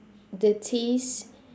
the taste